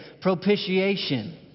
Propitiation